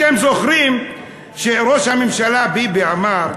אתם זוכרים שראש הממשלה ביבי אמר,